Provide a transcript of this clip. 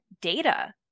data